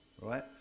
right